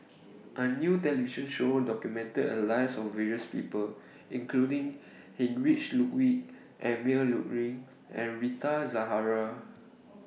A New television Show documented The Lives of various People including Heinrich Ludwig Emil Luering and Rita Zahara